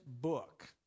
book